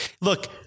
Look